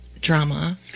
drama